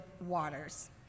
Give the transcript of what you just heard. waters